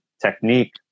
technique